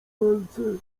palce